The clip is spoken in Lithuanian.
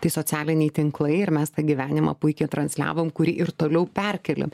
tai socialiniai tinklai ir mes tą gyvenimą puikiai transliavom kurį ir toliau perkeliam